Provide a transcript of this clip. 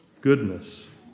goodness